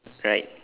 right